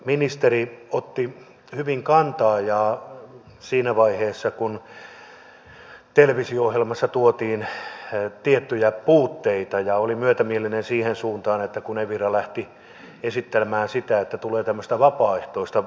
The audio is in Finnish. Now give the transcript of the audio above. ministeri otti hyvin kantaa siinä vaiheessa kun televisio ohjelmassa tuotiin tiettyjä puutteita ja oli myötämielinen siihen suuntaan kun evira lähti esittelemään sitä että tulee tämmöistä vapaaehtoista omaa valvontaa